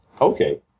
Okay